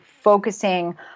focusing